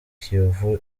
kiyovu